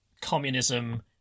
communism